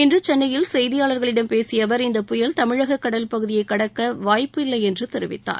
இன்று சென்னையில் செய்தியாளர்களிடம் பேசிய அவர் இந்தப் புயல் தமிழக கடல் பகுதியை கடக்க வாய்ப்பு இல்லை என்று தெரிவித்தார்